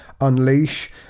unleash